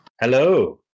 Hello